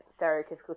stereotypical